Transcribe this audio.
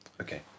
Okay